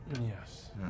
Yes